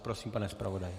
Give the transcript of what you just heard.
Prosím, pane zpravodaji.